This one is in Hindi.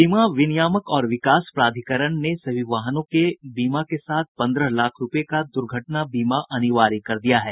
बीमा विनियामक और विकास प्राधिकरण ने सभी वाहनों के बीमा के साथ पंद्रह लाख रूपये का दुर्घटना बीमा अनिवार्य कर दिया है